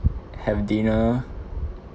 have dinner